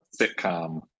sitcom